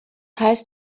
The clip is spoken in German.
heißt